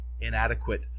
inadequate